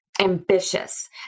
ambitious